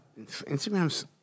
Instagram's